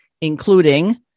including